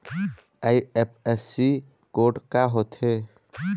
IFSC code का होथे?